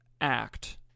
act